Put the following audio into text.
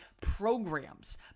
programs